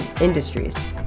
industries